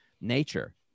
nature